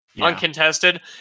Uncontested